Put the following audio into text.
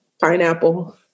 Pineapple